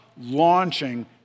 launching